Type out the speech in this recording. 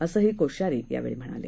असंही कोश्यारीयावेळीम्हणाले